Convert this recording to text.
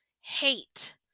hate